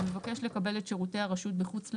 המבקש לקבל את שירותי הרשות בחוץ לארץ,